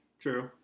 True